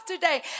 today